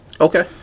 Okay